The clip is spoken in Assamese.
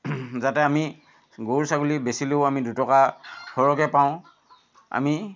যাতে আমি গৰু ছাগলী বেচিলেও আমি দুটকা সৰহকৈ পাওঁ আমি